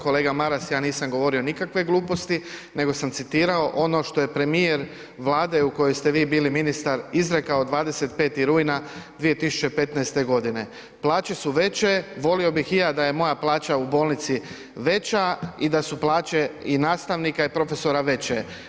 Kolega Maras, ja nisam govorio nikakve gluposti nego sam citirao ono što je premijer Vlade u kojoj ste vi bili ministar izrekao 25. rujna 2015. g. Plaće su veće, volio bih i ja da je moja plaća u bolnici veća i da su plaće i nastavnika i profesora veće.